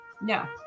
No